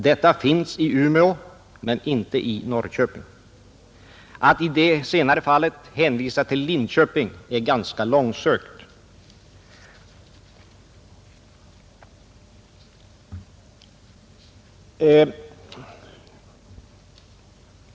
Detta finns i Umeå men inte i Norrköping. Att i det senare fallet hänvisa till Linköping är ganska långsökt.